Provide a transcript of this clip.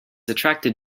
attracted